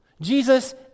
Jesus